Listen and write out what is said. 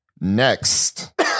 Next